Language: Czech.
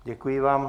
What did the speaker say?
Děkuji vám.